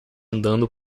andando